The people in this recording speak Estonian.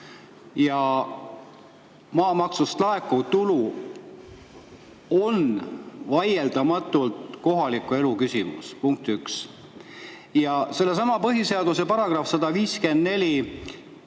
ja maamaksust laekuv tulu on vaieldamatult kohaliku elu küsimus, punkt üks. Ja sellesama põhiseaduse § 154